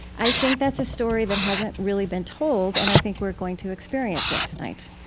i think that's a story that hasn't really been told, and i think we're going to experience it tonight.